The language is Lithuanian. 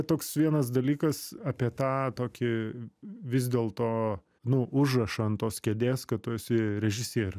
toks vienas dalykas apie tą tokį vis dėlto nu užrašą ant tos kėdės kad tu esi režisieriu